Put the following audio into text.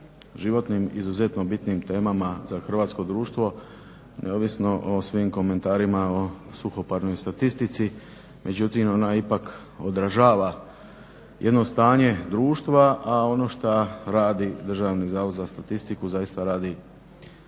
životnim izuzetno bitnim temama za hrvatsko društvo, neovisno o svim komentarima o suhoparnoj statistici, međutim ona ipak odražava jedno stanje društva, a ono što radi DZS zaista radi